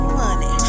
money